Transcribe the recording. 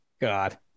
God